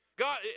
God